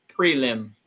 prelim